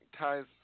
ties